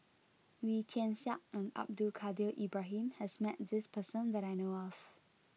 Wee Tian Siak and Abdul Kadir Ibrahim has met this person that I know of